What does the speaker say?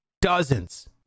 Dozens